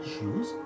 Shoes